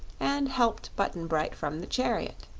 and helped button-bright from the chariot.